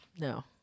No